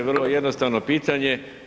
Vrlo jednostavno pitanje.